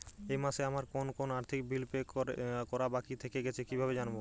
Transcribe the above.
এই মাসে আমার কোন কোন আর্থিক বিল পে করা বাকী থেকে গেছে কীভাবে জানব?